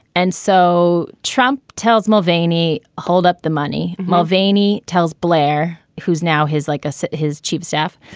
and so trump tells mulvaney, hold up the money. mulvaney tells blair, who's now his like so his chief staff,